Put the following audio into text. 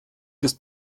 ist